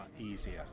easier